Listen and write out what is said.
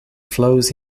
flows